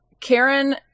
Karen